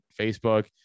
Facebook